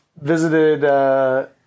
visited